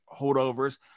holdovers